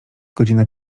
godzina